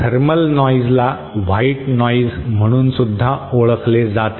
thermal नॉइजला white noise म्हणून सुद्धा ओळखले जाते